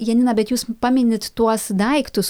janina bet jūs paminit tuos daiktus